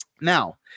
Now